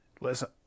Listen